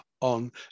on